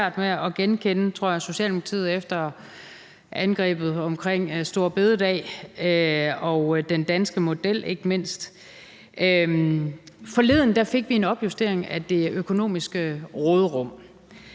meget svært ved at genkende, tror jeg, Socialdemokratiet efter angrebet omkring store bededag og ikke mindst den danske model. Forleden fik vi en opjustering af det økonomiske råderum,